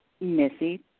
Missy